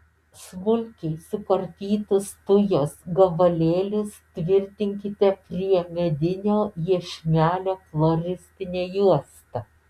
smulkiai sukarpytus tujos gabalėlius tvirtinkite prie medinio iešmelio floristine juosta